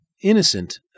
Innocent